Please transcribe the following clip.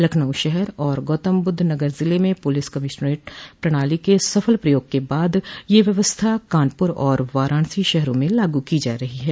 लखनऊ शहर और गौतमबुद्धनगर ज़िले में पुलिस कमिश्नरेट के सफल प्रयोग के बाद यह व्यवस्था कानपुर और वाराणसी शहरों में लागू की जा रही है